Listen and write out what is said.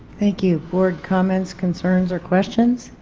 thank you. board comments, concerns or questions?